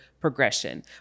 progression